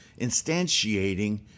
instantiating